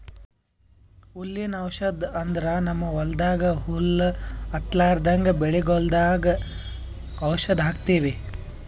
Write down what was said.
ಹುಲ್ಲಿನ್ ಔಷಧ್ ಅಂದ್ರ ನಮ್ಮ್ ಹೊಲ್ದಾಗ ಹುಲ್ಲ್ ಹತ್ತಲ್ರದಂಗ್ ಬೆಳಿಗೊಳ್ದಾಗ್ ಔಷಧ್ ಹಾಕ್ತಿವಿ